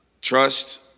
Trust